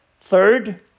Third